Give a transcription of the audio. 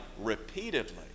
repeatedly